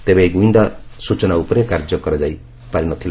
ତେବେ ଏହି ଗୁଇନ୍ଦା ସ୍ଚଚନା ଉପରେ କାର୍ଯ୍ୟ କରାଯାଇ ପାରିନଥିଲା